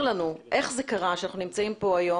לנו איך זה קרה שאנחנו נמצאים פה היום,